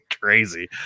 crazy